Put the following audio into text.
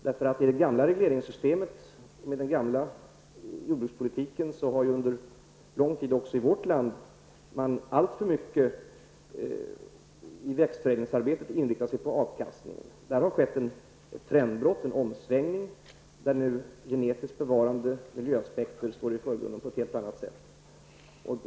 Med det gamla regleringssystemet och den gamla jordbrukspolitiken har man under lång tid också i vårt land alltför mycket iniktat växtförädlingsarbetet på avkastning. Där har skett ett trendbrott, en omsvängning och genetiskt bevarande och miljöaspekter står i förgrunden på ett helt annat sätt.